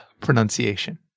pronunciation